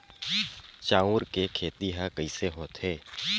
चांउर के खेती ह कइसे होथे?